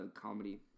comedy